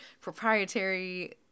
proprietary